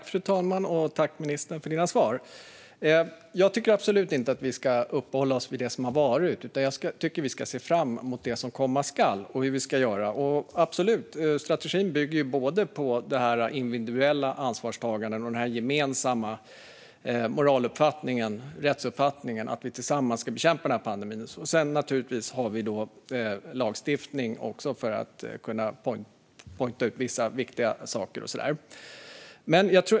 Fru talman! Tack, ministern, för dina svar! Jag tycker absolut inte att vi ska uppehålla oss vid det som har varit, utan jag tycker att vi ska se fram emot det som komma skall och hur vi ska göra. Strategin bygger ju både på det individuella ansvarstagandet och den gemensamma rättsuppfattningen att vi tillsammans ska bekämpa pandemin. Sedan har vi naturligtvis också lagstiftning för att "pointa" ut vissa viktiga saker.